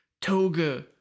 toga